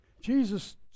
Jesus